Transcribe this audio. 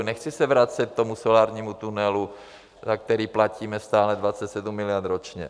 Nechci se vracet k tomu solárnímu tunelu, na který platíme stále 27 miliard ročně.